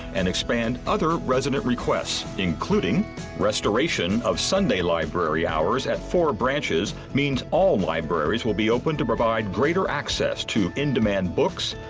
and expand other resident requests including restoration of sunday library hours at four branches means all libraries will be open to provide greater access to in-demand books,